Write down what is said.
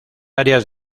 áreas